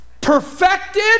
Perfected